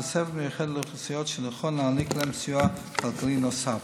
התוספת מיוחדת לאוכלוסיות שנכון להעניק להן סיוע כלכלי נוסף".